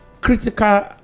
critical